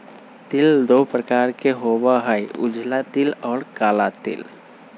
तिल दु प्रकार के होबा हई उजला तिल और काला तिल